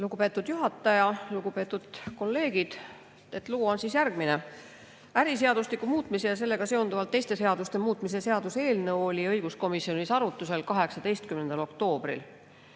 Lugupeetud juhataja! Lugupeetud kolleegid! Lugu on järgmine. Äriseadustiku muutmise ja sellega seonduvalt teiste seaduste muutmise seaduse eelnõu oli õiguskomisjonis arutusel 18. oktoobril.